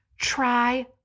try